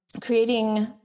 creating